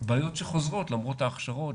בעיות שחוזרות למרות ההכשרות,